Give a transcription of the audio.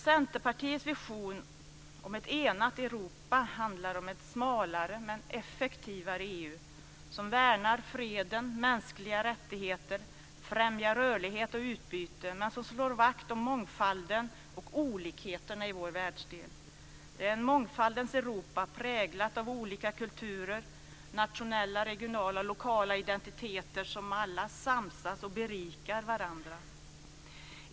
Centerpartiets vision om ett enat Europa handlar om ett smalare men effektivare EU, som värnar freden och mänskliga rättigheter, främjar rörlighet och utbyte och slår vakt om mångfalden och olikheterna i vår världsdel. Det är ett mångfaldens Europa, präglat av olika kulturer och olika nationella, regionala och lokala identiteter, som alla samsas och berikar varandra.